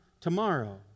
tomorrow